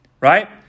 right